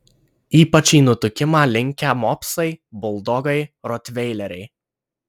ypač į nutukimą linkę mopsai buldogai rotveileriai